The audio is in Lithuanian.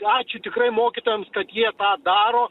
ačiū tikrai mokytojams kad jie tą daro